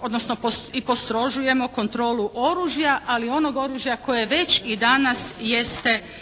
odnosno i postrožujemo kontrolu oružja, ali onog oružja koje je već i danas jeste pod